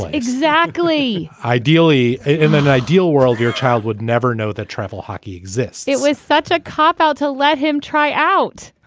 exactly. ideally, in an ideal world, your child would never know that travel hockey exists it was such a copout to let him try out.